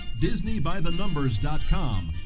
DisneyByTheNumbers.com